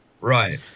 Right